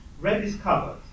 rediscovered